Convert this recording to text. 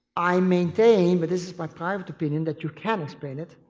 i maintain, but this is my private opinion, that you can explain it,